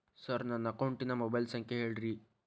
sir ನನ್ನ ಅಕೌಂಟಿನ mobile ಸಂಖ್ಯೆ ಹೇಳಿರಿ